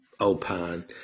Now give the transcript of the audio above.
opine